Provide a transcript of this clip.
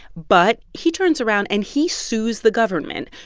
but he turns around and he sues the government.